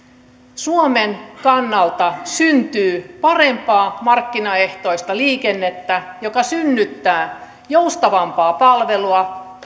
suomen kannalta syntyy parempaa markkinaehtoista liikennettä joka synnyttää joustavampaa palvelua